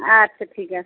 আচ্ছা ঠিক আছে